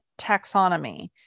taxonomy